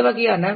இந்த வகையான